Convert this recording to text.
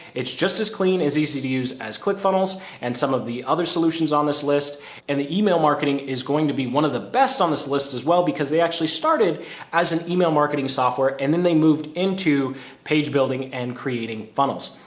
it's just as easy to use as click funnels and some of the other solutions on this list and the email marketing is going to be one of the best on this list as well, because they actually started as an email marketing software and then they moved into page building and creating funnels.